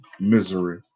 misery